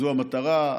זו המטרה.